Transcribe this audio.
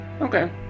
Okay